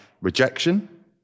rejection